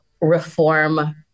reform